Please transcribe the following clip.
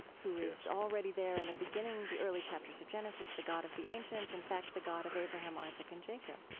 who is already there in the beginning, the early chapters of genesis, the god of the ancients, in fact, the god of abraham, isaac, and jacob